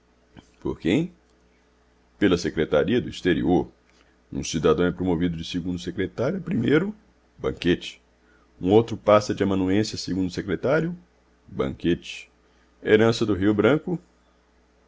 por quem pela secretaria do exterior um cidadão é promovido de segundo secretário a primeiro banquete um outro passa de amanuense a segundo secretário banquete herança do rio branco